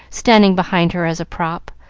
standing behind her as a prop,